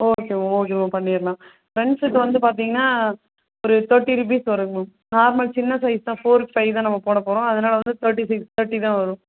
okay ma'am okay ma'am பண்ணிடலாம் ஃப்ரண்ட்ஸ்க்கு வந்து பார்த்தீங்கனா ஒரு தர்ட்டி ரூபீஸ் வருங்க மேம் நார்மல் சின்ன சைஸ் தான் ஃபோர்க்கு ஃபைவ் தான் நம்ம போட போகிறோம் அதனால் வந்து தர்ட்டி ஃபைவ் தர்ட்டி தான் வரும்